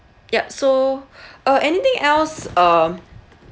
yup so uh anything else um